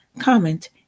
comment